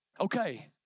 Okay